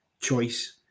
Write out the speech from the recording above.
choice